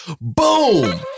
boom